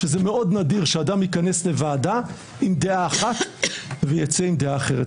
זה מאוד נדיר שאדם ייכנס לוועדה עם דעה אחת ויצא עם דעה אחרת.